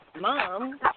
mom